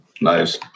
Nice